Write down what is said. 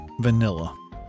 Vanilla